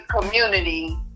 community